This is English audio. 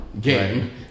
game